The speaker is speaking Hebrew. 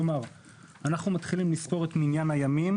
כלומר אנחנו מתחילים לספור את מניין הימים